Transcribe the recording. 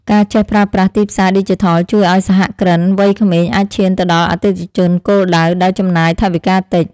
ការចេះប្រើប្រាស់ទីផ្សារឌីជីថលជួយឱ្យសហគ្រិនវ័យក្មេងអាចឈានទៅដល់អតិថិជនគោលដៅដោយចំណាយថវិកាតិច។